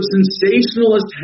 sensationalist